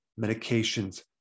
medications